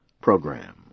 program